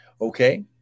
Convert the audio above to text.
Okay